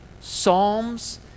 psalms